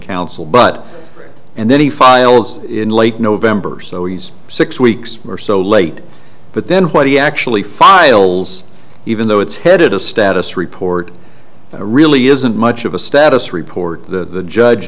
counsel but and then he files in late november so he's six weeks or so late but then when he actually files even though it's headed a status report really isn't much of a status report the judge